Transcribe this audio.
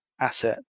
asset